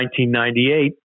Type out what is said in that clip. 1998